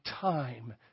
time